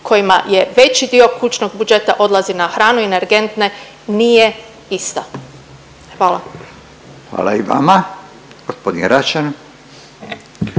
kojima je veći dio kućnog budžeta odlazi na hranu i energentne nije ista. Hvala. **Radin, Furio